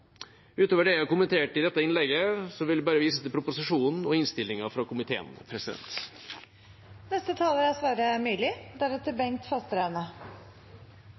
Utover det jeg har kommentert i dette innlegget, vil jeg bare vise til proposisjonen og innstillinga fra komiteen.